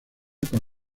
con